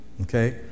okay